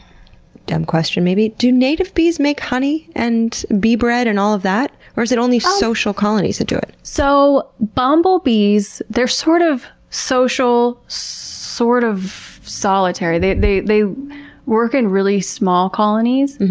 dumb question, maybe, do native bees make honey and bee bread and all of that? or is it only social colonies that do it? so, bumble bees, they're sort of social, sort of solitary. they they work in really small colonies,